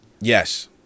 Yes